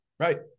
Right